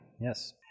Yes